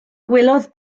gwelodd